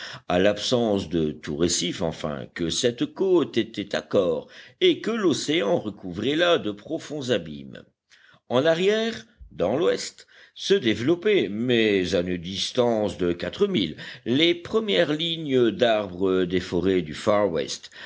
à l'absence de tout récif enfin que cette côte était accore et que l'océan recouvrait là de profonds abîmes en arrière dans l'ouest se développaient mais à une distance de quatre milles les premières lignes d'arbres des forêts du